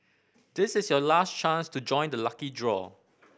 this is your last chance to join the lucky draw